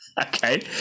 okay